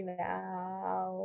now